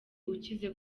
ukize